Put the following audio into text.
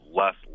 less